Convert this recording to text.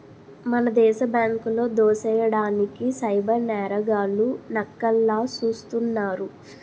మన దేశ బ్యాంకులో దోసెయ్యడానికి సైబర్ నేరగాళ్లు నక్కల్లా సూస్తున్నారు